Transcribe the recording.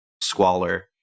squalor